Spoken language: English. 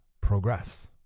progress